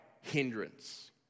hindrance